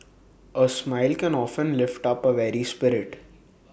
A smile can often lift up A weary spirit